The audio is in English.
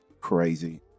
crazy